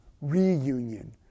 reunion